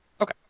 Okay